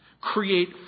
create